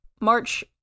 March